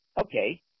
Okay